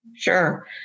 Sure